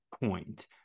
point